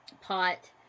pot